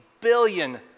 billion